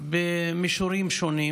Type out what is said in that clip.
במישורים שונים.